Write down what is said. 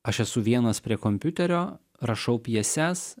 aš esu vienas prie kompiuterio rašau pjeses